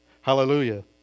Hallelujah